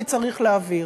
כי צריך להבהיר: